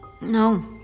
No